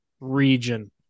region